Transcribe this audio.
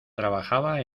trabajaba